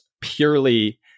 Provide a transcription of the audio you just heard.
purely